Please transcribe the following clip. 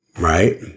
Right